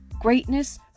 Greatness